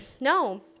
No